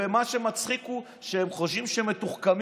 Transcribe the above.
ומה שמצחיק הוא שהם חושבים שהם מתוחכמים,